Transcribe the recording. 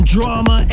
Drama